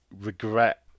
regret